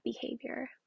behavior